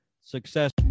success